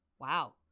Wow